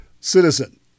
citizen